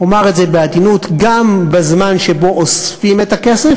אומר את זה בעדינות, גם בזמן שאוספים את הכסף